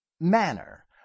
manner